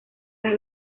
las